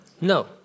No